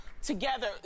Together